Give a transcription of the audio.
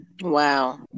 Wow